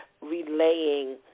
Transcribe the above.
relaying